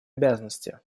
обязанности